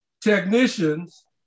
technicians